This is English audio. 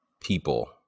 people